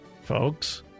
folks